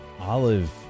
Olive